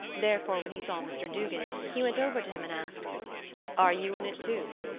therefore when he saw mr. duggan he went over to him and asked are you in it too?